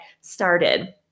started